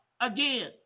again